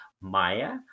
Maya